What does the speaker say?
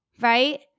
right